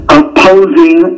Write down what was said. opposing